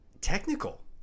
technical